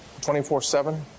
24-7